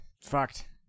fucked